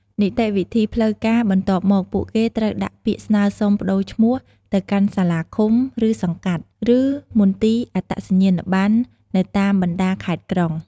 នីតិវិធីផ្លូវការ បន្ទាប់មក ពួកគេត្រូវដាក់ពាក្យស្នើសុំប្ដូរឈ្មោះទៅកាន់សាលាឃុំ ឬ សង្កាត់ ឬមន្ទីរអត្តសញ្ញាណប័ណ្ណនៅតាមបណ្ដាខេត្តក្រុង។